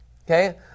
Okay